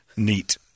Neat